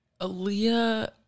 Aaliyah